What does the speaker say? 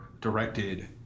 Directed